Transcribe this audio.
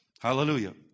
Hallelujah